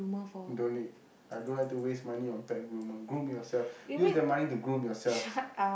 don't need I don't have to waste money on pet groomer groom yourself use the money to groom yourself